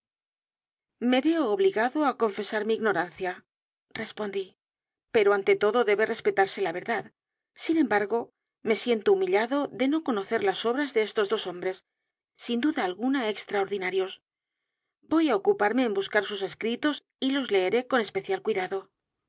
veo obligado á confesar mi ignorancia respondí pero ante todo debe respetarse la verdad sin embargo me siento humillado de no conocer las obras de estos dos hombres sin duda alguna extraordinarios voy á ocuparme en buscar sus escritos y los leeré con especial cuidado